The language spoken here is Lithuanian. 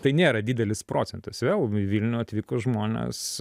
tai nėra didelis procentas vėl į vilnių atvyko žmonės